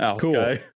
Cool